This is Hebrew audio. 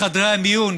בחדרי המיון,